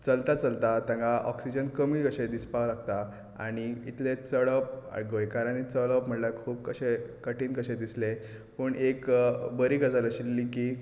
चलता चलता तांगा ऑक्सिजन कमी कशें दिसपाक लागता आनी इतलें चडप गोंयकारांनी चडप म्हणल्यार खूब अशें कठीण कशें दिसलें पूण एक बरी गजाल आशिल्ली की